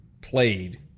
played